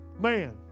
man